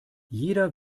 jeder